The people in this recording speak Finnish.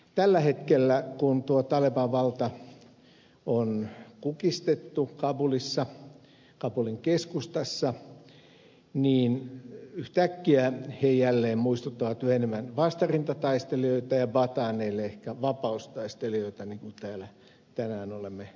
tällä hetkellä kun tuo taleban valta on kukistettu kabulissa kabulin keskustassa niin yhtäkkiä he jälleen muistuttavat yhä enemmän vastarintataistelijoita ja pataaneille ehkä vapaustaistelijoita niin kuin täällä tänään olemme pohtineet